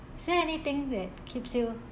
is there anything that keeps you